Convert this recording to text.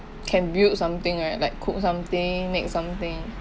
can build something right like cook something make something